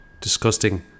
disgusting